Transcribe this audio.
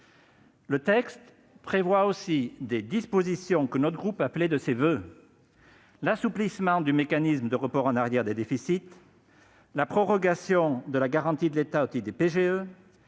Le texte prévoit aussi des dispositions que le groupe Union Centriste appelait de ses voeux : l'assouplissement du mécanisme de report en arrière des déficits, la prorogation de la garantie de l'État au titre des PGE,